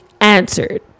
answered